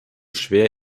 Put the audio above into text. schwer